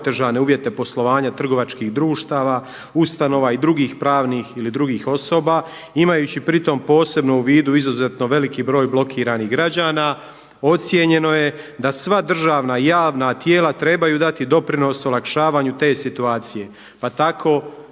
uvjete poslovanja trgovačkih društava, ustanova i drugih pravnih ili drugih osoba imajući pritom posebno u vidu izuzetno veliki broj blokiranih građana. Ocijenjeno je da sva državna javna tijela trebaju dati doprinos olakšavanju te situacije, pa tako